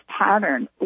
pattern